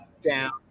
down